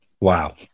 Wow